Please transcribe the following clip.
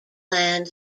land